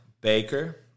Baker